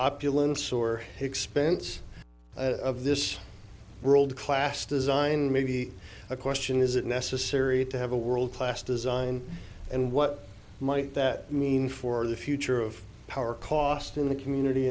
opulence or expense of this world class design maybe a question is it necessary to have a world class design and what might that mean for the future of power costing the community